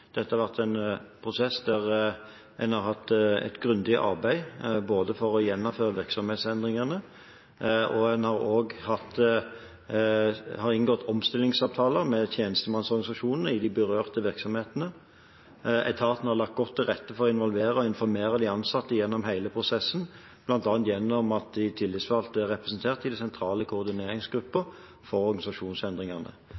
Dette har vært en prosess der en har hatt et grundig arbeid for å gjennomføre virksomhetsendringene, og en har også inngått omstillingsavtaler med tjenestemannsorganisasjonene i de berørte virksomhetene. Etatene har lagt godt til rette for å involvere og informere de ansatte gjennom hele prosessen, bl.a. gjennom at de tillitsvalgte er representert i de sentrale koordineringsgrupper for organisasjonsendringene.